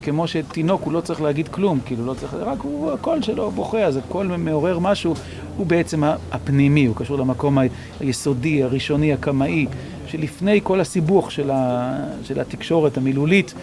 כמו שתינוק הוא לא צריך להגיד כלום, כאילו הוא לא צריך, רק הוא הקול שלו בוכה, אז הקול מעורר משהו, הוא בעצם הפנימי, הוא קשור למקום היסודי, הראשוני, הקמאי, שלפני כל הסיבוך של התקשורת המילולית.